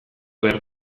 behar